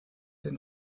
den